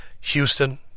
Houston